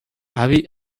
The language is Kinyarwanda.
abi